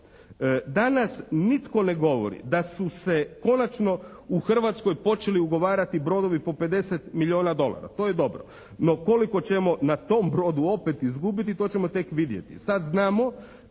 Danas nitko ne govori da su se konačno u Hrvatskoj počeli ugovarati brodovi po 50 milijuna dolara, to je dobro. No koliko ćemo na tom brodu opet izgubiti to ćemo tek vidjeti. Sad znamo